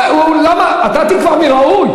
אתה תקבע מי ראוי?